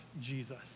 Jesus